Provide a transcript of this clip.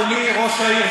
אדוני ראש העיר,